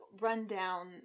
rundown